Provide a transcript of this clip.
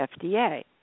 FDA